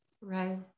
right